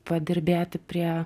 padirbėti prie